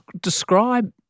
describe